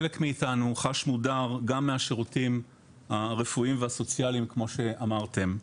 חלק מאיתנו חש מודר גם מהשירות הרפואיים והסוציאליים כמו שאמרתם,